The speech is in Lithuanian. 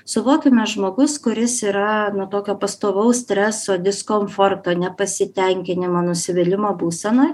suvokiame žmogus kuris yra na tokio pastovaus streso diskomforto nepasitenkinimo nusivylimo būsenoj